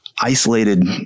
isolated